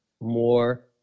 more